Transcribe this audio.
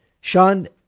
Sean